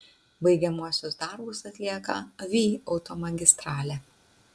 baigiamuosius darbus atlieka vį automagistralė